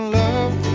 love